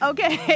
Okay